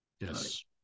Yes